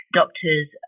doctors